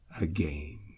again